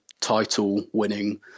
title-winning